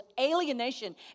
alienation